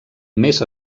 més